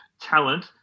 talent